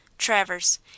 Travers